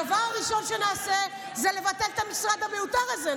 הדבר הראשון שנעשה זה לבטל את המשרד המיותר הזה,